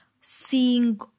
Seeing